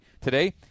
Today